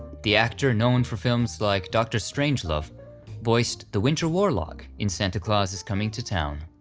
the actor known for films like dr. strangelove voiced the winter warlock in santa claus is coming to town.